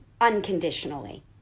unconditionally